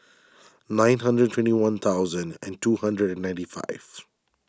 nine hundred twenty one thousand and two hundred ninety five